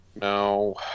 no